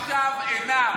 אלה שעכשיו אינם.